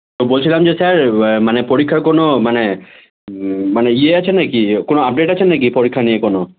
তো বলছিলাম যে স্যার মানে পরীক্ষার কোনো মানে মানে ইয়ে আছে না কি কোনো আপডেট আছে না কি পরীক্ষা নিয়ে কোনো